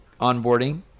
onboarding